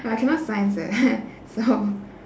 uh I cannot science eh so